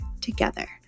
together